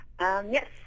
Yes